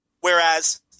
Whereas